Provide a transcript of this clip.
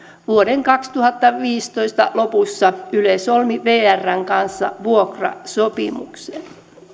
vuoden kaksituhattaviisitoista lopussa yle solmi vrn kanssa vuokrasopimuksen